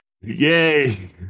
Yay